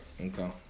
Okay